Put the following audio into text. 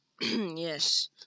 Yes